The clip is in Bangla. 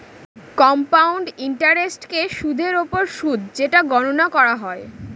কম্পাউন্ড ইন্টারেস্টকে সুদের ওপর সুদ যেটা গণনা করা হয়